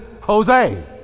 Jose